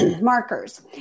markers